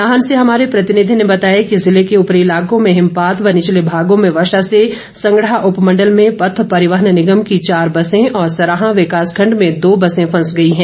नाहन से हमारे प्रतिनिधि ने बताया कि ज़िले के ऊपरी इलाकों में हिमपात व निचले भागों में वर्षा से संगड़ाह उपमंडल में पथ परिवहन निगम की चार बसें और सराहां विकासखंड में दो बसें फंस गई हैं